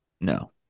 No